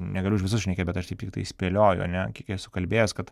negaliu už visus šnekėt bet aš taip tiktai spėlioju ane kiek esu kalbėjęs kad